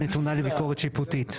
--- נתונה לביקורת שיפוטית.